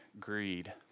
greed